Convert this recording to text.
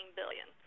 billion